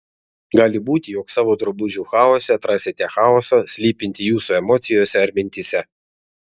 gali būti jog savo drabužių chaose atrasite chaosą slypintį jūsų emocijose ar mintyse